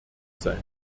sein